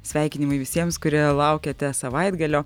sveikinimai visiems kurie laukiate savaitgalio